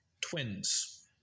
Twins